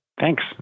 Thanks